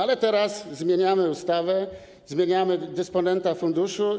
Ale teraz zmieniamy ustawę, zmieniamy dysponenta funduszu.